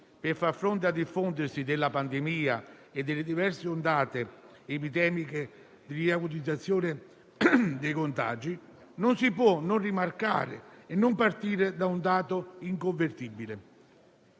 per far fronte al diffondersi della pandemia e delle diverse ondate epidemiche e alla riacutizzazione dei contagi, non si può non rimarcare e non partire da un dato incontrovertibile: